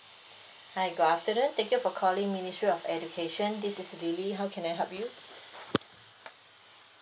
hi good afternoon thank you for calling ministry of education this is lily how can I help you